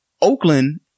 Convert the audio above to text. Oakland